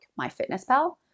MyFitnessPal